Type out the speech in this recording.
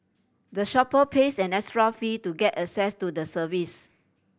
the shopper pays an extra fee to get access to the service